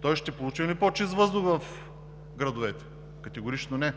Той ще получи ли по-чист въздух в градовете? Категорично не!